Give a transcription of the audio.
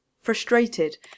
Frustrated